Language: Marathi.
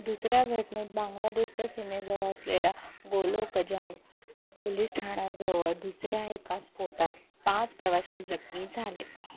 दुसऱ्या घटनेत बांगलादेशच्या सीमेजवळ असलेल्या गोलोकगंज पोलीस ठाण्याजवळ दुसऱ्या एका स्फोटात पाच प्रवासी जखमी झाले